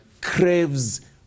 craves